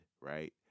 right